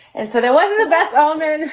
and so there wasn't the best. oh, man.